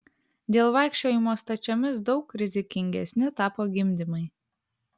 dėl vaikščiojimo stačiomis daug rizikingesni tapo gimdymai